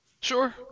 Sure